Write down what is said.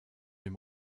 dem